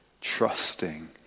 trusting